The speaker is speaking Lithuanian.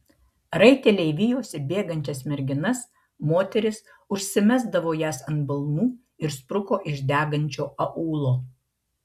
raiteliai vijosi bėgančias merginas moteris užsimesdavo jas ant balnų ir spruko iš degančio aūlo